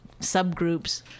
subgroups